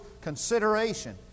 consideration